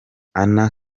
anna